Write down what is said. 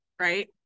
right